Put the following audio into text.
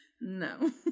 No